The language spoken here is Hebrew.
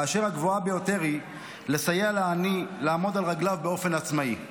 אשר הגבוהה ביותר היא לסייע לעני לעמוד על רגליו באופן עצמאי.